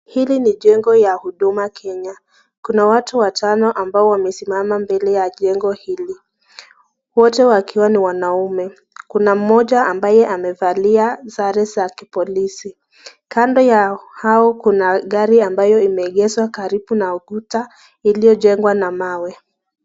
Hili ni jengo ya huduma Kenya. Kuna watu watano ambao wamesimama mbele ya jengo hili. Wote wakiwa ni wanaume. Kuna mmoja ambaye amevalia sare za kipolisi. Kando ya hao kuna gari ambayo imeegeshwa karibu na ukuta iliyojengwa na mawe.